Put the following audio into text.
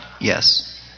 yes